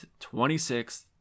26th